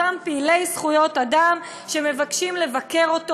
אותם פעילי זכויות אדם שמבקשים לבקר אותו,